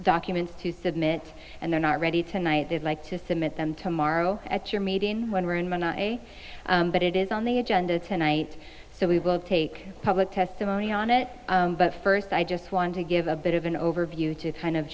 documents to submit and they're not ready tonight they'd like to submit them tomorrow at your meeting when where and when i but it is on the agenda tonight so we will take public testimony on it but first i just want to give a bit of an overview to kind of